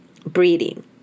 breathing